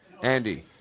Andy